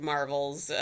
Marvel's